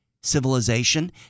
civilization